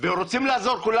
ורוצים כולם לעזוב.